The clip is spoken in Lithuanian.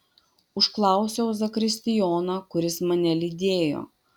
užklausiau zakristijoną kuris mane lydėjo